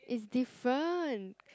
it's different